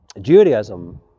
Judaism